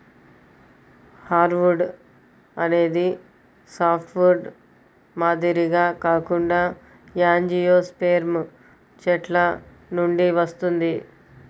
hardwood అనేది softwood మాదిరిగా కాకుండా యాంజియోస్పెర్మ్ చెట్ల నుండి వస్తుంది